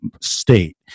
state